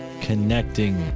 Connecting